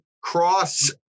cross